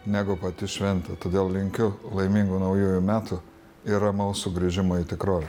negu pati šventė todėl linkiu laimingų naujųjų metų ir ramaus sugrįžimo į tikrovę